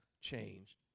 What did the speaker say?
changed